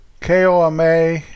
KOMA